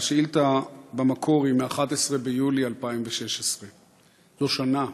השאילתה במקור היא מ-11 ביולי 2016. זו שנה.